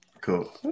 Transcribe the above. Cool